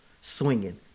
swinging